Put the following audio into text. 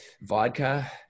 Vodka